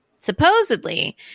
Supposedly